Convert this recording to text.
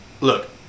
look